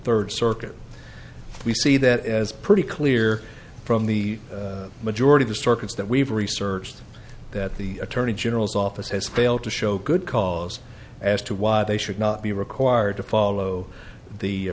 third circuit we see that as pretty clear from the majority the circuits that we've researched that the attorney general's office has failed to show good cause as to why they should not be required to follow the